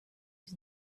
was